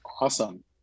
awesome